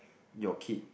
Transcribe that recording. your kid